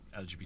LGBT